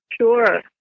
Sure